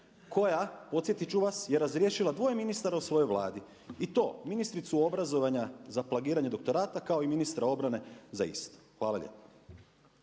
koja, podsjetit ću vas, je razriješila dvoje ministara u svojoj vladi i to ministricu obrazovanja za plagiranje doktorata kao i ministra obrane za isto. Hvala lijepo.